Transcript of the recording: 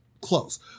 Close